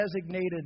designated